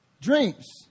dreams